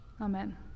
Amen